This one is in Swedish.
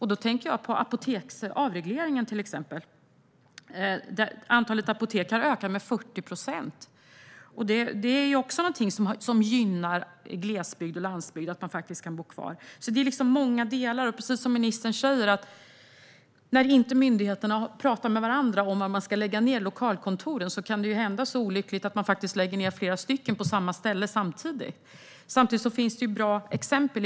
Jag tänker på avregleringen av apotek. Antalet apotek har ökat med 40 procent, vilket också är något som gynnar glesbygd och landsbygd så att man faktiskt kan bo kvar. Det handlar alltså om många delar. Det kan bli precis så som ministern säger: När myndigheterna inte talar med varandra om de ska lägga ned lokalkontor kan det bli så olyckligt att flera läggs ned på samma ställe samtidigt. Det finns dock även goda exempel.